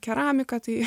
keramika tai